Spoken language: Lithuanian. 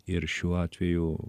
ir šiuo atveju